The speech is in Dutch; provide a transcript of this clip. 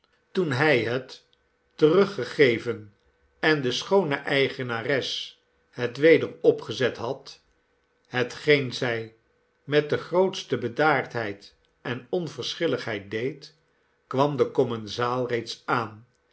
toen hij het teruggegeven en de schoone eigenares het weder opgezet had hetgeen zij met de grootste bedaardheid en onverschilligheid deed kwam de commensaal reeds aan